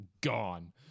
Gone